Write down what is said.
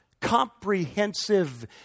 comprehensive